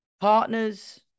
partners